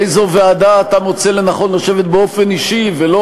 באיזו ועדה אתה מוצא לנכון לשבת באופן אישי ולא